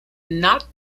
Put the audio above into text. not